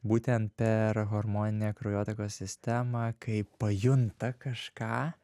būtent per hormoninę kraujotakos sistemą kai pajunta kažką